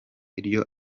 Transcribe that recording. iryo